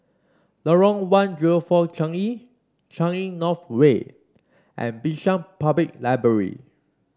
Lorong one zero four Changi Changi North Way and Bishan Public Library